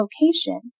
location